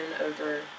over